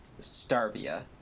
Starvia